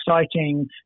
exciting